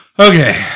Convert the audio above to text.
okay